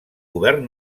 govern